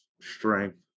strength